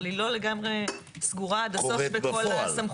אבל היא לא לגמרי סגורה עד הסוף בכל הסמכויות